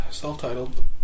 Self-titled